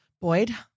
Boyd